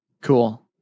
Cool